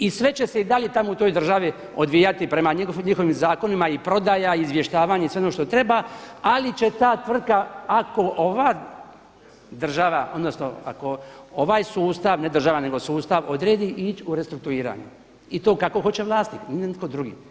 I sve će se i dalje tamo u toj državi odvijati prema njihovim zakonima i prodaja i izvještavanje i sve ono što treba, ali će ta tvrtka ako ova država odnosno ako ovaj sustav, ne država nego sustav odredi ići u restrukturiranje i to kako hoće vlasnik ne nitko drugi.